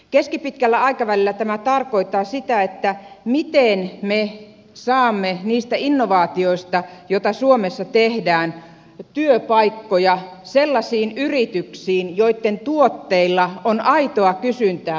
keskipitkällä aikavälillä tämä tarkoittaa sitä että miten me saamme niistä innovaatioista joita suomessa tehdään työpaikkoja sellaisiin yrityksiin joitten tuotteilla on aitoa kysyntää maailmalla